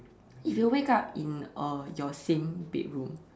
if you wake up in uh your same bedroom